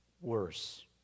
worse